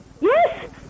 Yes